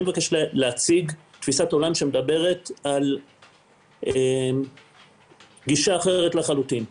אני מבקש להציג תפיסת עולם שמדברת על גישה אחרת לחלוטין.